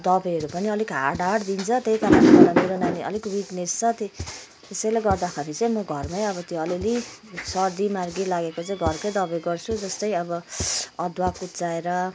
दबाईहरू पनि अलिक हार्ड हार्ड दिन्छ त्यही कारणले गर्दा मेरो नानी अलिक विक्नेस छ त्यही त्यसैले गर्दाखरि चाहिँ म घरमै अब त्यो अलिअलि सर्दी मर्की लागेको चाहिँ घरकै दबाई गर्छु जस्तै अब अदुवा कुच्चाएर